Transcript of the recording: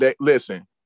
Listen